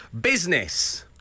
Business